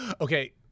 okay